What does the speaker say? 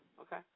Okay